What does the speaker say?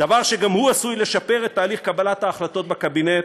דבר שגם הוא עשוי לשפר את תהליך קבלת ההחלטות בקבינט.